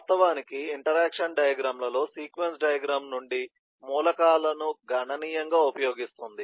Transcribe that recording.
వాస్తవానికి ఇంటరాక్షన్ డయాగ్రమ్ లలో సీక్వెన్స్ డయాగ్రమ్ నుండి మూలకాలను గణనీయంగా ఉపయోగిస్తుంది